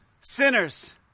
sinners